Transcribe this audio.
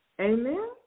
Amen